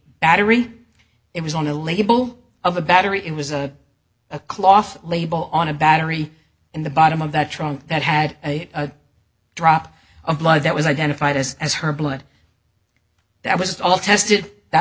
battery it was on the label of a battery it was a cloth label on a battery in the bottom of that trunk that had a drop of blood that was identified as as her blood that was all tested that